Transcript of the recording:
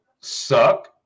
suck